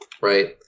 right